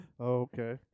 Okay